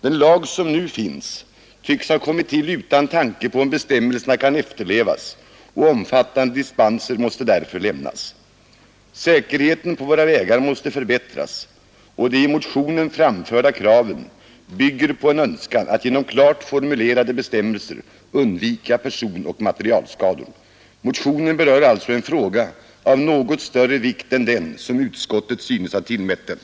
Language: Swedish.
Den lag som nu finns tycks ha kommit till utan tanke på om bestämmelserna kan efterlevas, och omfattande dispenser måste därför lämnas. Säkerheten på våra vägar måste förbättras, och de i motionen framförda kraven bygger på en önskan att genom klart formulerade bestämmelser undvika personoch materielskador. Motionen berör alltså en fråga av något större vikt än den som utskottet synes ha tillmätt den.